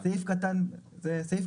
אז סעיף קטן ב'